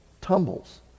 tumbles